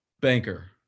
Banker